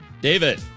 David